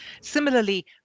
Similarly